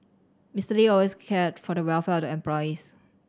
Mister Lee always cared for the welfare of the employees